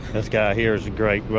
this guy here's great,